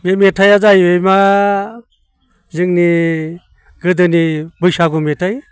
बे मेथाइया जाहैबायमा जोंनि गोदोनि बैसागु मेथाइ